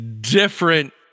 different